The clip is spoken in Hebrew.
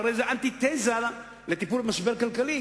והרי זה אנטיתזה לטיפול במשבר כלכלי.